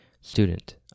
student